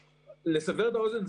לסבר את האוזן,